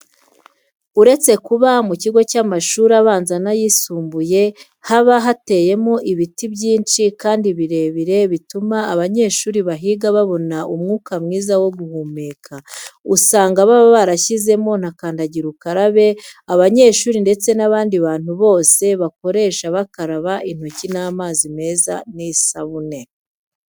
Uretse kuba mu bigo by'amashuri abanza n'ayisumbuye haba hateyemo ibiti byinshi kandi birebire bituma abanyeshuri bahiga babona umwuka mwiza wo guhumeka. Usanga baba barashyizemo na kandagira ukarabe abanyeshuri ndetse n'abandi bantu bose bakoresha bakaraba intoki n'amazi meza n'isabune.